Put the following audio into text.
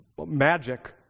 magic